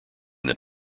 that